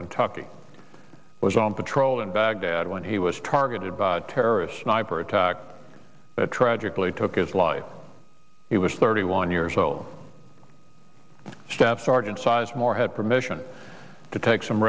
kentucky was on patrol in baghdad when he was targeted by terrorists niver attack tragically took his life he was thirty one years old staff sergeant sizemore had permission to take some